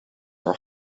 are